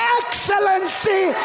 excellency